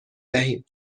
دهیم